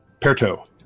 Perto